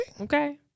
Okay